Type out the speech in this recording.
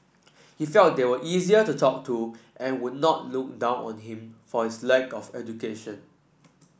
he felt they were easier to talk to and would not look down on him for his lack of education